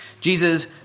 Jesus